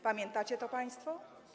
Pamiętacie to państwo?